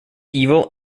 evil